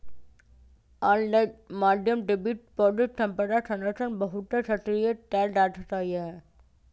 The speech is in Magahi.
ऑनलाइन माध्यम से विश्व बौद्धिक संपदा संगठन बहुते सक्रिय कएल जा सकलई ह